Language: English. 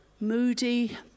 moody